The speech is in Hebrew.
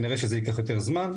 כנראה שזה ייקח יותר זמן.